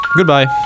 Goodbye